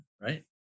right